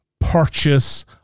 Purchase